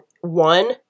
one